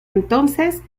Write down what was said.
entonces